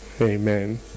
Amen